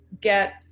get